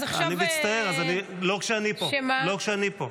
אז עכשיו -- אני מצטער, לא כשאני פה.